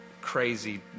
crazy